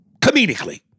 Comedically